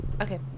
Okay